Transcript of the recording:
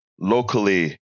locally